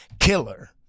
killer